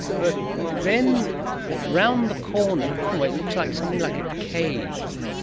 but then around the corner, hidden away, it looks like something like a cave,